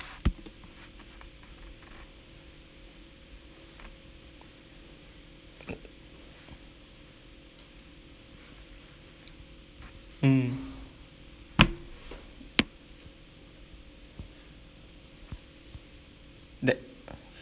mm that